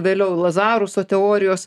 vėliau lazaruso teorijos